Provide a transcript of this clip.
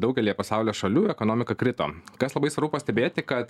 daugelyje pasaulio šalių ekonomika krito kas labai svarbu pastebėti kad